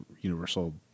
universal